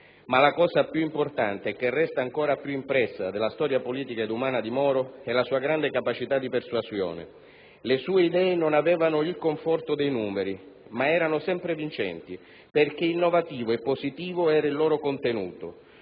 Ma la cosa più importante e che resta ancora più impressa della storia politica e umana di Moro è la sua grande capacità di persuasione. Le sue idee non avevano il conforto dei numeri, ma erano sempre vincenti perché innovativo e positivo era il loro contenuto.